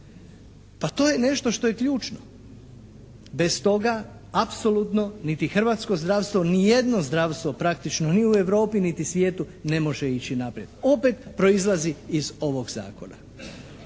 Pa to je nešto što je ključno. Bez toga apsolutno niti hrvatsko zdravstvo, ni jedno zdravstvo praktično ni u Europi niti svijetu ne može ići naprijed, opet proizlazi iz ovog Zakona.